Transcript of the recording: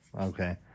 Okay